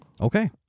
Okay